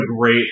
great